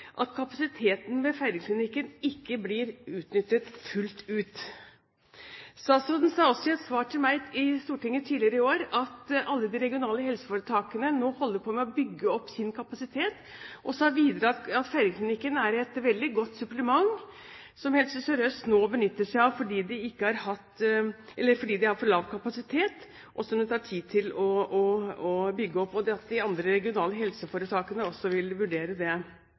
at kapasiteten ved Feiringklinikken ikke blir benyttet fullt ut. Statsråden sa også i et svar til meg i Stortinget tidligere i år at alle de regionale helseforetakene nå holder på med å bygge opp sin kapasitet. Hun sa videre at Feiringklinikken er et veldig godt supplement som Helse Sør-Øst nå benytter seg av fordi de har for lav kapasitet, som det tar tid å bygge opp, og at de andre regionale helseforetakene også ville vurdere dette. Feiringklinikken har bidratt til å utvikle det